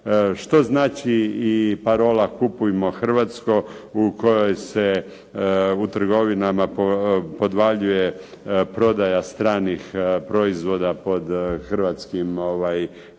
Što znači i parola “Kupujmo hrvatsko!“ u kojoj se u trgovinama podvaljuje prodaja stranih proizvoda pod hrvatskom egidom.